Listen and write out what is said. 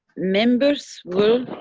members will,